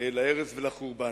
להרס ולחורבן.